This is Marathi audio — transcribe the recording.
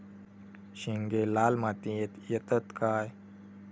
शेंगे लाल मातीयेत येतत काय?